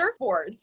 surfboards